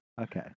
Okay